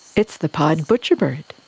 it's the pied butcherbird.